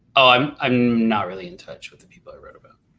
oh, um i'm not really in touch with the people i wrote about.